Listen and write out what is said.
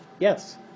Yes